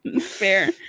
Fair